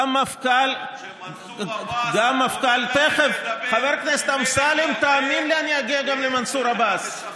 שפשפת עיניים כשמנסור עבאס,